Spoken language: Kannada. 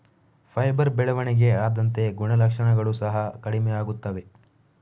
ಫೈಬರ್ ಬೆಳವಣಿಗೆ ಆದಂತೆ ಗುಣಲಕ್ಷಣಗಳು ಸಹ ಕಡಿಮೆಯಾಗುತ್ತವೆ